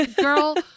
Girl